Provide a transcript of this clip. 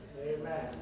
Amen